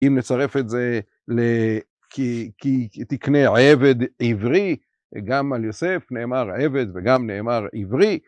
אם נצטרף את זה כי תקנה עבד עברי וגם על זה נאמר עבד וגם על זה נאמר עברי